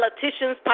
Politicians